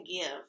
give